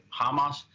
Hamas